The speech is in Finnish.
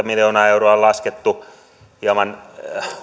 miljoonaa euroa on laskettu hieman